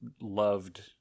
loved